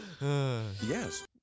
Yes